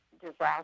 disaster